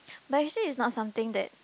but you say it's not something that